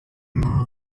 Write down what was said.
ruhango